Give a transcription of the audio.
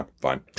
fine